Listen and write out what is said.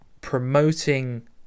promoting